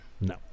No